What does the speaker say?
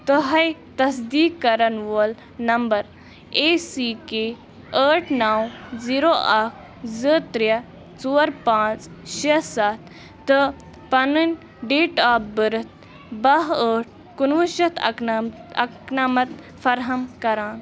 تۄہہِ تصدیٖق کَرَن وول نمبَر اےٚ سی کے ٲٹھ نَو زیٖرَو اَکھ زٕ ترٛےٚ ژور پانٛژھ شےٚ سَتھ تہٕ پَنٕنۍ ڈیٹ آف بٔرتھ باہ ٲٹھ کُنوُہ شیٚتھ اَکہٕ نَم اَکہٕ نَمَتھ فراہم کَران